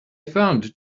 found